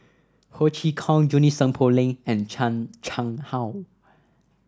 Ho Chee Kong Junie Sng Poh Leng and Chan Chang How